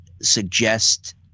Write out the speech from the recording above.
suggest